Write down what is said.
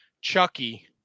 Chucky